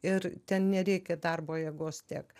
ir ten nereikia darbo jėgos tiek